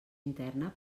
interna